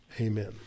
Amen